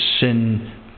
sin